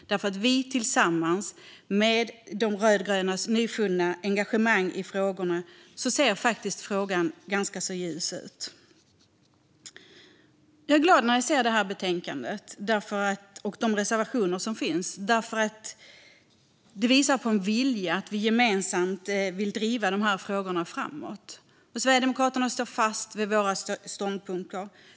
Detta tillsammans med de rödgrönas nyfunna engagemang i frågorna gör att framtiden faktiskt ser ganska ljus ut. Jag är glad när jag ser detta betänkande och de reservationer som finns. Det visar på en vilja att gemensamt driva dessa frågor framåt. Vi i Sverigedemokraterna står fast vid våra ståndpunkter.